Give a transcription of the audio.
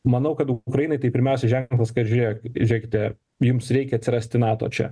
manau kad ukrainai tai pirmiausia ženklas kad žiūrėk žėkite jums reikia atsirasti nato čia